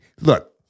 look